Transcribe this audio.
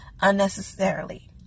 unnecessarily